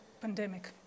pandemic